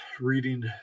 reading